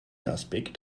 aspekt